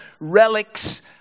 relics